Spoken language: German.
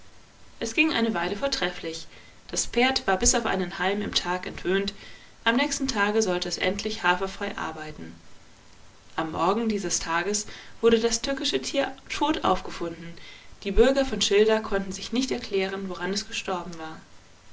es ging eine weile vortrefflich das pferd war bis auf einen halm im tag entwöhnt am nächsten tage sollte es endlich haferfrei arbeiten am morgen dieses tages wurde das tückische tier tot aufgefunden die bürger von schilda konnten sich nicht erklären woran es gestorben war